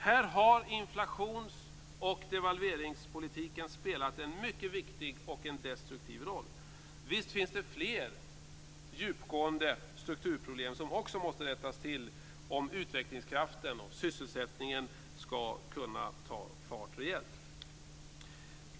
Här har inflations och devalveringspolitiken spelat en mycket viktig och destruktiv roll. Visst finns det fler djupgående strukturproblem som också måste rättas till om utvecklingskraften och sysselsättningen skall kunna ta fart rejält.